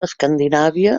escandinàvia